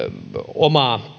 omaa